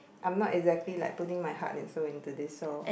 I'm not exactly like putting my heart and soul into this so